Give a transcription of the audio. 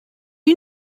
you